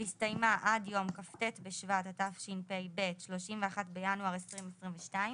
והסתיימה עד יום כ"ט בשבט התשפ"ב (31 בינואר 2022),